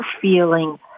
feeling